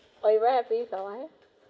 oh you very happy with your wife